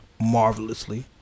marvelously